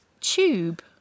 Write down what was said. Tube